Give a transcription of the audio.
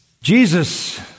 Jesus